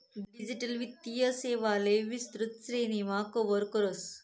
digital वित्तीय सेवांले विस्तृत श्रेणीमा कव्हर करस